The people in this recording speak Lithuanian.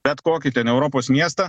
bet kokį ten europos miestą